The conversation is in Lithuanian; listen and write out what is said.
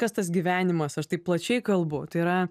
kas tas gyvenimas aš taip plačiai kalbu tai yra